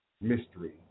mystery